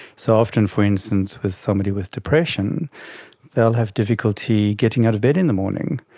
so often, for instance, with somebody with depression they will have difficulty getting out of bed in the morning,